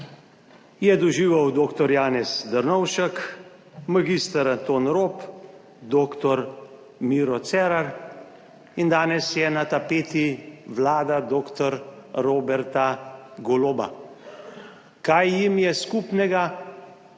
je doživel dr. Janez Drnovšek, mag. Anton Rop, dr. Miro Cerar in danes je na tapeti vlada dr. Roberta Goloba. Kaj jim je skupnega?